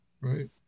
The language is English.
right